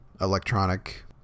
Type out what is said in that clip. electronic